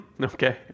Okay